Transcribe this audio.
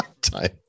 Time